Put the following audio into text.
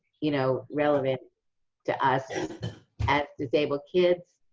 you know, relevant to us as disabled kids.